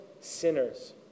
sinners